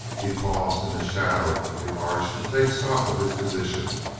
he paused in the shadow of the arch to take stock of his position.